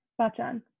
bachan